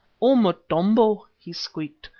o motombo, he squeaked,